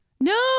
No